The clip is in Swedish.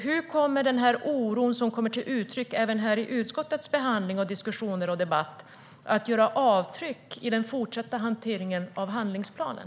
Hur kommer den oro som även kommer till uttryck i utskottets behandling, diskussioner och debatt att göra avtryck i den fortsatta hanteringen av handlingsplanen?